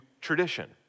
tradition